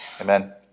Amen